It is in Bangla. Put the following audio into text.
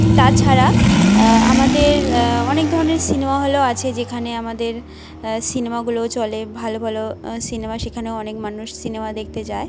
তাছাড়া আমাদের অনেক ধরণের সিনেমা হলও আছে যেখানে আমাদের সিনেমাগুলো চলে ভালো ভালো সিনেমা সেখানেও অনেক মানুষ সিনেমা দেখতে যায়